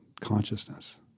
consciousness